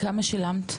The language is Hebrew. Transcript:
כמה שילמת?